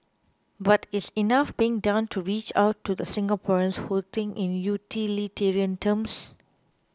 but is enough being done to reach out to the Singaporeans who think in utilitarian terms